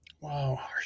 wow